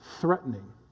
threatening